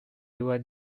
johan